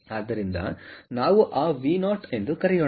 ಆದ್ದರಿಂದ ನಾವು ಆ ವಿ0 ಎಂದು ಕರೆಯೋಣ